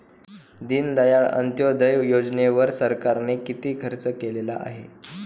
दीनदयाळ अंत्योदय योजनेवर सरकारने किती खर्च केलेला आहे?